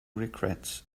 regrets